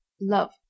Love